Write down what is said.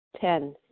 Ten